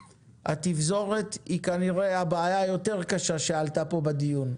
התפזורת היא כנראה הבעיה היותר-קשה שעלתה פה בדיון.